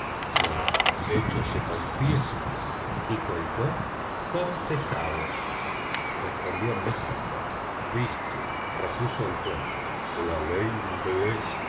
los hechos se confiesan dijo el juez confesados respondió mister fogg visto repuso el juez